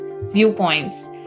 viewpoints